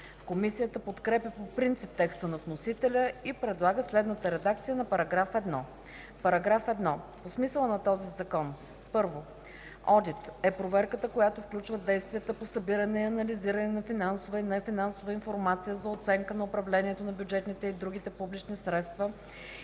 Комисията подкрепя по принцип текста на вносителя и предлага следната редакция на § 1: „§ 1. По смисъла на този закон: 1. „Одит” е проверката, която включва действията по събиране и анализиране на финансова и нефинансова информация за оценка на управлението на бюджетните и другите публични средства и